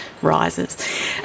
rises